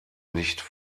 nicht